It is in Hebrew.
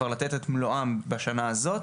כבר לתת את מלואם בשנה הזו.